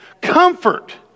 comfort